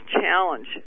challenge